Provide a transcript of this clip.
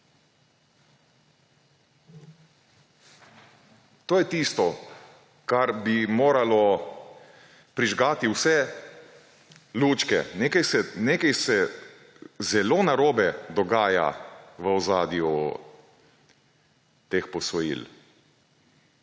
To je tisto, kar bi moralo prižgati vse lučke. Nekaj se zelo narobe dogaja v ozadju teh posojil.